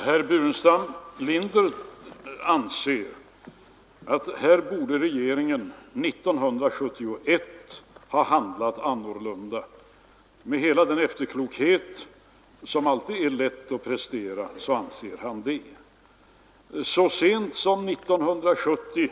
Herr talman! Herr Burenstam Linder anser — med en efterklokhet som är lätt att prestera — att regeringen borde ha handlat på annat sätt 1971.